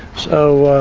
so,